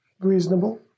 Reasonable